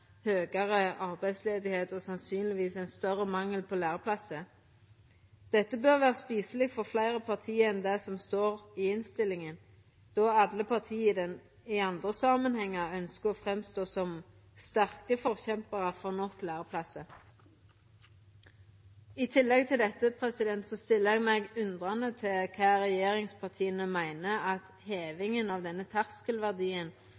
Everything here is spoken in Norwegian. høgare arbeidsløyse og sannsynlegvis ein større mangel på læreplassar. Dette bør vera spiseleg for fleire parti enn dei som står i innstillinga, då alle parti i andre samanhengar ønskjer å stå fram som sterke forkjemparar for nok læreplassar. I tillegg til dette stiller eg meg undrande til kva regjeringspartia meiner at